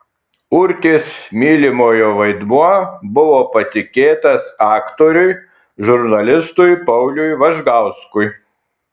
urtės mylimojo vaidmuo buvo patikėtas aktoriui žurnalistui pauliui važgauskui